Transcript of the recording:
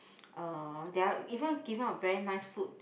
uh they are even giving out very nice food